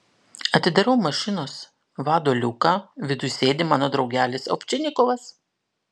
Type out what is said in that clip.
atidarau mašinos vado liuką viduj sėdi mano draugelis ovčinikovas